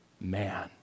man